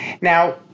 Now